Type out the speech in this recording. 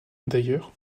d’ailleurs